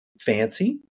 fancy